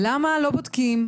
למה לא בודקים,